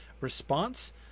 response